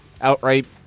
outright